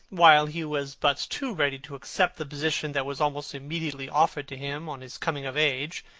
while he was but too ready to accept the position that was almost immediately offered to him on his coming of age,